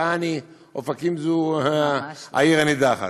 יעני אופקים זו העיר הנידחת.